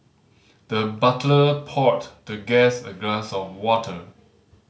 the butler poured the guest a glass of water